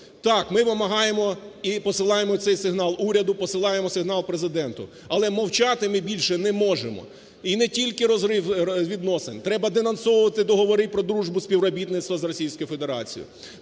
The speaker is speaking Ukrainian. Так, ми вимагаємо і посилаємо цей сигнал уряду, посилаємо сигнал Президенту, але мовчати ми більше не можемо. І не тільки розрив відносин, треба денонсовувати договори про дружбу і співробітництво з